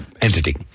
entity